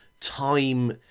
time